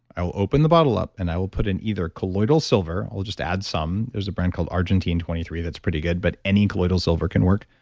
i will open the bottle up and i will put in either colloidal silver, i'll just add some. there's a brand called argentine twenty three that's pretty good, but any colloidal silver can work,